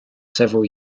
several